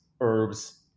herbs